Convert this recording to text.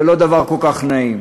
זה לא דבר כל כך נעים.